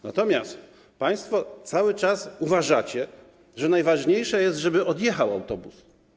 Natomiast państwo cały czas uważacie, że najważniejsze jest, żeby odjechał autobus.